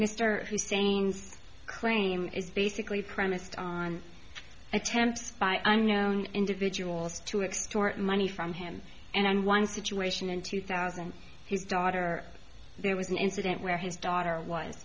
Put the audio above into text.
mr hussein's claim is basically premised on attempts by i'm known individuals to extort money from him and one situation in two thousand his daughter there was an incident where his daughter was